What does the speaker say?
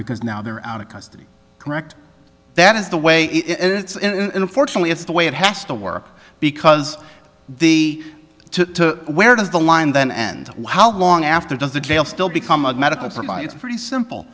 because now they're out of custody correct that is the way it's unfortunately it's the way it has to work because they to where does the line then and how long after does the jail still become a medical supply it's pretty simple